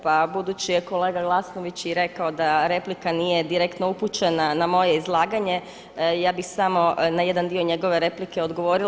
Pa budući je kolega Glasnović i rekao da replika nije direktno upućena na moje izlaganje ja bih samo na jedan dio njegove replike odgovorila.